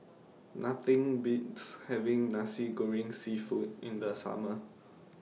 Nothing Beats having Nasi Goreng Seafood in The Summer